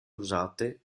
usate